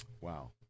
wow